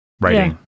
writing